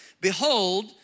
behold